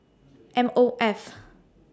M O F